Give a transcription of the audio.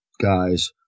guys